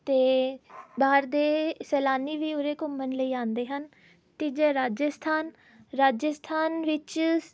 ਅਤੇ ਬਾਹਰ ਦੇ ਸੈਲਾਨੀ ਵੀ ਉਰੇ ਘੁੰਮਣ ਲਈ ਆਉਂਦੇ ਹਨ ਤੀਜਾ ਹੈ ਰਾਜਸਥਾਨ ਰਾਜਸਥਾਨ ਵਿੱਚ